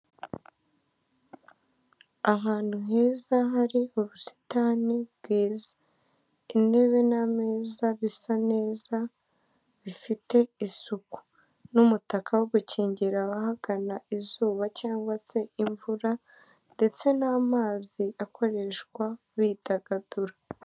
Ahantu heza hari ubusitani bwiza, intebe, n'ameza bisa neza bifite isuku, n'umutaka wo gukingira abahagana izuba cyangwa se imvura ndetse n'amazi akoreshwa bidagadura.